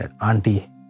auntie